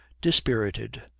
dispirited